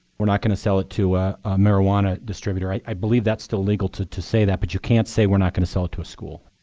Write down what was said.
we're not going to sell it to a marijuana distributor. i believe that's still legal to to say that. but you can't say we're not going to sell to a school.